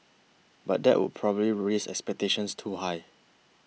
but that would probably raise expectations too high